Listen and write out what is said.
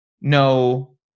no